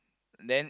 then